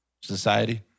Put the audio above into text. society